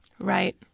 Right